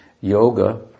Yoga